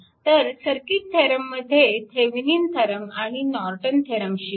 तर सर्किट थेरममध्ये Thevenin theorem आणि नॉर्टन थेरम शिकू